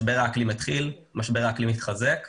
שמשבר האקלים מתחיל, משבר האקלים מתחזק,